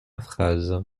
phrase